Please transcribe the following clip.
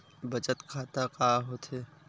बचत खाता का होथे?